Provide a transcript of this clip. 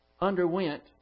underwent